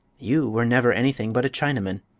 you were never anything but a chinaman,